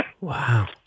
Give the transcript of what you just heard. Wow